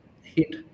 hit